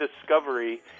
discovery